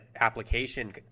application